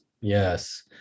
yes